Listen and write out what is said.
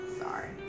Sorry